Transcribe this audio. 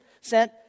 sent